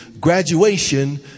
graduation